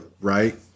right